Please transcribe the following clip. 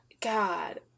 God